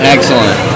Excellent